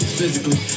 physically